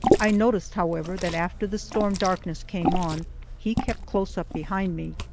i noticed, however, that after the storm-darkness came on he kept close up behind me.